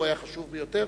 והוא היה חשוב ביותר.